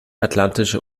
atlantische